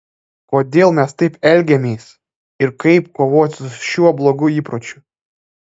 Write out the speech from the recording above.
kodėl mes taip elgiamės ir kaip kovoti su šiuo blogu įpročiu